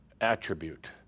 attribute